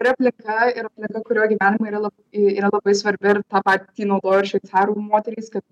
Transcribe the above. ir aplinka ir aplinka kurioj gyvename yra la yra labai svarbi ir tą patį naudojo ir šveicarų moterys kad